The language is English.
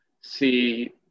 see